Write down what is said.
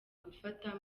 gufata